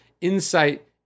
insight